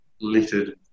littered